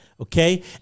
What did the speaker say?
Okay